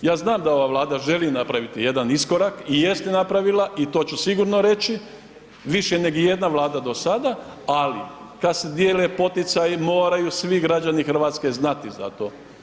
Ja znam da ova Vlada želi napraviti jedan iskorak i jest napravila i to ću sigurno reći, više nego ijedna vlada do sada, ali kad se dijele poticaji moraju svi građani Hrvatske znati za to.